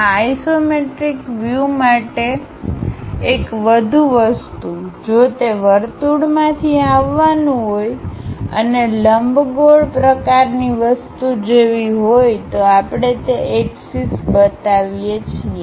આ isometric view માટે એક વધુ વસ્તુ જો તે વર્તુળમાંથી આવવાનું અને લંબગોળ પ્રકારની વસ્તુ જેવી હોય તો આપણે તે એક્સિસ બતાવીએ છીએ